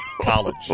College